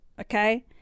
Okay